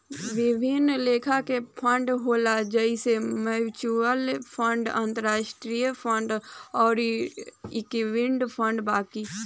विभिन्न लेखा के फंड होला जइसे म्यूच्यूअल फंड, अंतरास्ट्रीय फंड अउर इक्विटी फंड बाकी